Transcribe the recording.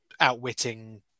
outwitting